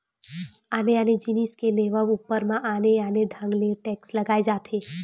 आने आने जिनिस के लेवब ऊपर म आने आने ढंग ले टेक्स लगाए जाथे